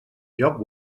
lloc